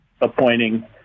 appointing